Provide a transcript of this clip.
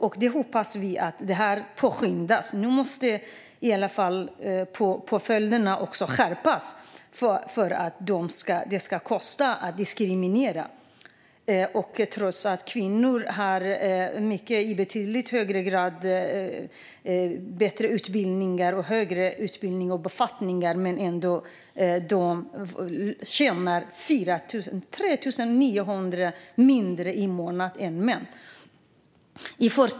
Men nu måste arbetet påskyndas och påföljderna skärpas. Det ska kosta att diskriminera. Trots att många kvinnor har både bättre utbildning och högre befattning tjänar de i genomsnitt 3 900 kronor mindre i månaden än män.